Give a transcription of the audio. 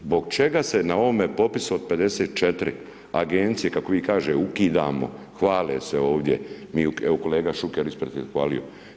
Zbog čega se na ovom popisu od 54 Agencije, kako vi kažete, ukidamo, hvale se ovdje, evo kolega Šuker ispred je hvalio.